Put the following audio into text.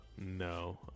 No